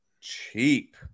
cheap